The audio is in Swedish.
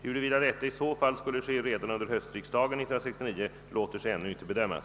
Huruvida detta i så fall skulle ske redan under höstriksdagen 1969 låter sig ännu-inte bedömas.